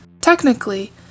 Technically